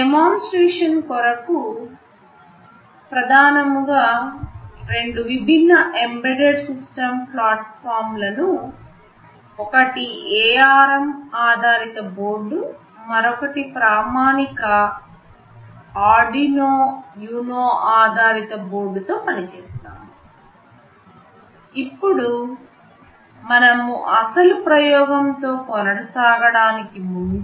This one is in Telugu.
ప్రయోగం కొరకు ప్రధానముగా రెండు విభిన్న ఎంబెడెడ్ సిస్టమ్ ప్లాట్ఫాం లు ఒకటి ARM ఆధారిత బోర్డు మరొకటి ప్రామాణిక ఆర్డినో యునో ఆధారిత బోర్డు తో పని చేస్తాము ఇప్పుడు మనము అసలు ప్రయోగంతో కొనసాగడానికి ముందు